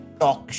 talk